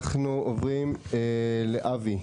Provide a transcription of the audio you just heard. אנחנו עוברים לאבי,